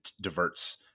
diverts